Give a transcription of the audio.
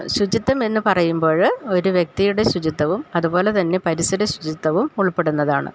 ശുചിത്വം എന്ന് പറയുമ്പോഴ് ഒരു വ്യക്തിയുടെ ശുചിത്വവും അതുപോലെ തന്നെ പരിസര ശുചിത്വവും ഉൾപ്പെടുന്നതാണ്